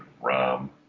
Rom